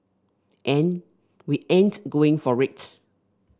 and we ain't going for it